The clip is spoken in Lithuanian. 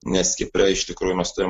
nes kipre iš tikrųjų mes turim